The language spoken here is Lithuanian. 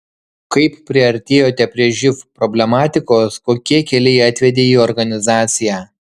kaip priartėjote prie živ problematikos kokie keliai atvedė į organizaciją